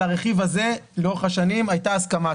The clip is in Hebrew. הרכיב הזה לאורך השנים הייתה הסכמה,